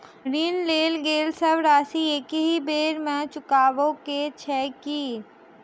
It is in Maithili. ऋण लेल गेल सब राशि एकहि बेर मे चुकाबऽ केँ छै की?